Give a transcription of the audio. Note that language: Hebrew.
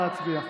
נא להצביע.